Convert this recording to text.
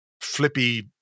flippy